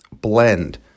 blend